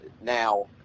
now